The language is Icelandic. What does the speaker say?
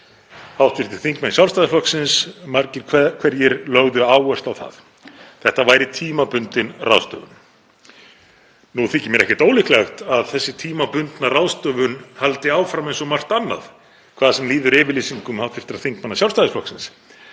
Hv. þingmenn Sjálfstæðisflokksins margir hverjir lögðu áherslu á það að þetta væri tímabundin ráðstöfun. Nú þykir mér ekkert ólíklegt að þessi tímabundna ráðstöfun haldi áfram eins og margt annað, hvað sem líður yfirlýsingum hv. þingmanna Sjálfstæðisflokksins,